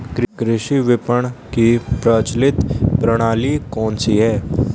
कृषि विपणन की प्रचलित प्रणाली कौन सी है?